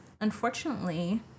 unfortunately